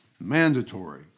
mandatory